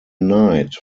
nights